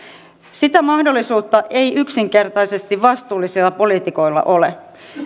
sitä mahdollisuutta ei yksinkertaisesti vastuullisilla poliitikoilla ole